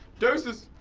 deuces,